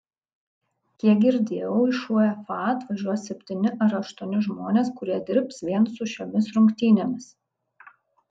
kiek girdėjau iš uefa atvažiuos septyni ar aštuoni žmonės kurie dirbs vien su šiomis rungtynėmis